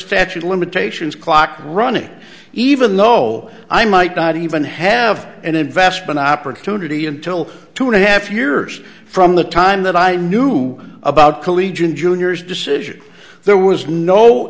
statute of limitations clock running even though i might not even have an investment opportunity until two and a half years from the time that i knew about collegian junior's decision there was no